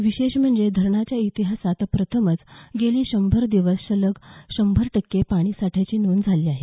विशेष म्हणजे धरणाच्या इतिहासात प्रथमच गेली शंभर दिवस सलग शंभर टक्के पाणीसाठ्याची नोंद झाली आहे